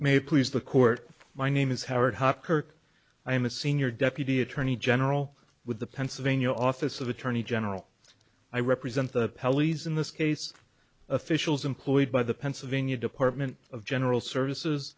may please the court my name is howard hopkirk i am a senior deputy attorney general with the pennsylvania office of attorney general i represent the pallies in this case officials employed by the pennsylvania department of general services